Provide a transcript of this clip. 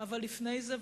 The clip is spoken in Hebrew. אבל לפני זה,